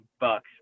Bucks